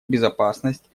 безопасность